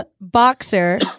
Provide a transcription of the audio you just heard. boxer